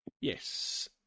Yes